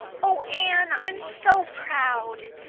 oh, anne i'm so proud!